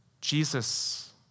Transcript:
Jesus